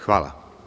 Hvala.